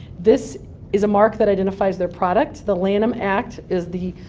this is a mark that identifies their product. the lanham act is the